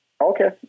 Okay